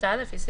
בוקר טוב.